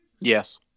Yes